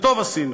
וטוב עשינו.